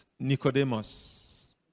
Nicodemus